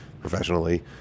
professionally